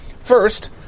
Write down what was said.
First